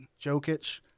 Jokic